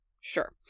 sure